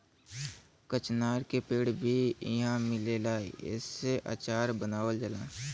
कचनार के पेड़ भी इहाँ मिलेला एसे अचार बनावल जाला